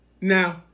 Now